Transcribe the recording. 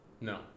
no